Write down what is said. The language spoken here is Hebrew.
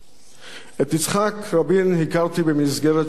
את יצחק רבין הכרתי במסגרת שירותי בצה"ל.